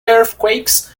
earthquakes